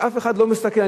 שאף אחד לא מסתכל.